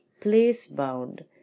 place-bound